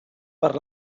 per